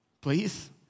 Please